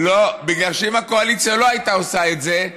בגלל שאם הקואליציה לא הייתה עושה את זה,